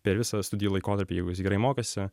per visą studijų laikotarpį jeigu jis gerai mokėsi